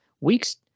Weeks